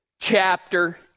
chapter